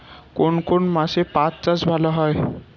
কোন কোন মাসে পাট চাষ ভালো হয়?